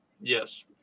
Yes